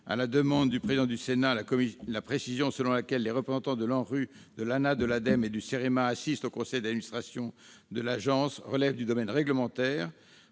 à la demande du président du Sénat, la précision selon laquelle les représentants de l'ANRU, de l'ANAH, de l'ADEME et du CEREMA assistent au conseil d'administration de l'agence relève du domaine réglementaire.